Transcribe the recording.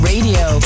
Radio